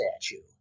statue